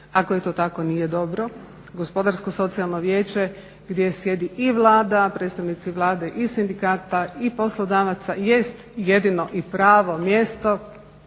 ako je to tako nije dobro. Gospodarsko-socijalno vijeće gdje sjedi i Vlada, predstavnici Vlade i sindikata i poslodavaca jest jedino i pravo mjesto